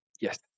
Yes